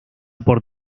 por